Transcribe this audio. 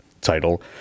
title